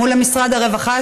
מול משרד הרווחה,